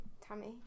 Tammy